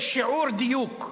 בשיעור הדיוק,